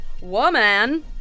woman